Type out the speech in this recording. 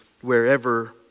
wherever